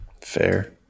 Fair